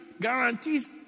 guarantees